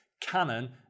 Canon